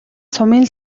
сумын